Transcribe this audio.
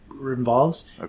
involves